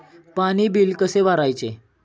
पाणी बिल कसे भरायचे?